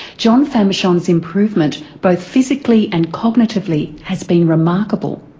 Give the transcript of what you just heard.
john famechon's improvement both physically and cognitively has been remarkable.